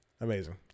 Amazing